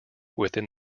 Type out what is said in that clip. within